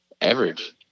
average